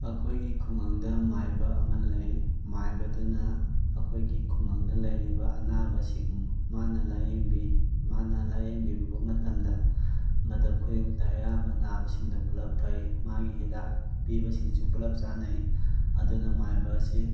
ꯑꯩꯈꯣꯏꯒꯤ ꯈꯨꯡꯒꯪꯗ ꯃꯥꯏꯕ ꯑꯃ ꯂꯩ ꯃꯥꯏꯕꯗꯨꯅ ꯑꯩꯈꯣꯏꯒꯤ ꯈꯨꯡꯒꯪꯗ ꯂꯩꯔꯤꯕ ꯑꯅꯥꯕꯁꯤꯡ ꯃꯥꯅ ꯂꯥꯏꯌꯦꯡꯕꯤ ꯃꯥꯅ ꯂꯥꯏꯌꯦꯡꯕꯤꯕ ꯃꯇꯝꯗ ꯃꯇꯝ ꯈꯨꯗꯤꯡꯃꯛꯇ ꯑꯌꯥꯝꯕꯅ ꯅꯥꯕꯁꯤꯡꯗꯣ ꯄꯨꯜꯂꯞ ꯐꯩ ꯃꯥꯒꯤ ꯍꯤꯗꯥꯛ ꯄꯤꯕꯁꯤꯡꯁꯨ ꯄꯨꯜꯂꯞ ꯆꯥꯟꯅꯩ ꯑꯗꯨꯅ ꯃꯥꯏꯕ ꯑꯁꯤ